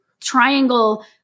triangle